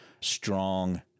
strong